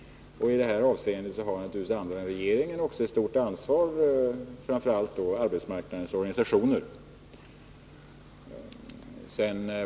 I det här avseendet har naturligtvis andra än regeringen också ett stort ansvar, framför allt då arbetsmarknadens organisationer.